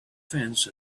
fence